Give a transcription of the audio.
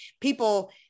people